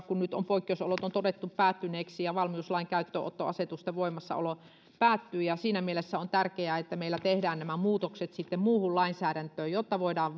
kun nyt nämä poikkeusolot on todettu päättyneeksi ja valmiuslain käyttöönottoasetusten voimassaolo päättyy niin siinä mielessä on tärkeää että meillä tehdään nämä muutokset muuhun lainsäädäntöön jotta voidaan